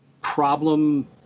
problem –